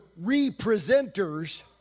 representers